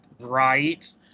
right